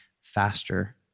faster